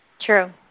True